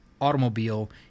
automobile